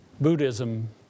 Buddhism